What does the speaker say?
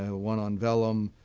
ah one on vellum.